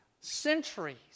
centuries